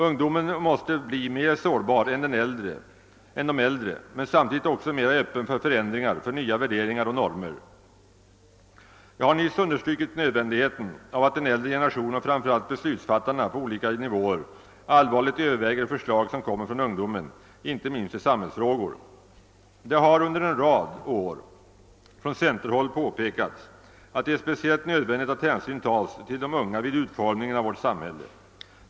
Ungdomen måste bli mer sårbar än de äldre men samtidigt också mera öppen för förändringar, för nya värderingar och normer. Jag har nyss understrukit nödvändigheten av att den äldre generationen och framför allt beslutsfattarna på olika nivåer allvarligt överväger förslag som kommer från ungdomen, icke minst i samhällsfrågor. Det har under en rad år från centerhåll påpekats att det är speciellt nödvändigt att hänsyn tas till de unga vid utformningen av vårt samhälle.